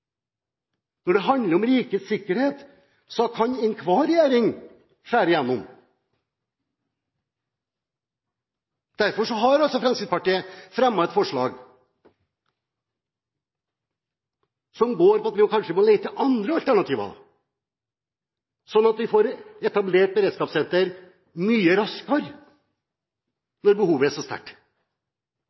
Når det handler om rikets sikkerhet, kan enhver regjering skjære igjennom. Derfor har Fremskrittspartiet fremmet et forslag som går på at vi kanskje må lete etter andre alternativer, slik at vi får etablert et beredskapssenter mye raskere når behovet er så sterkt.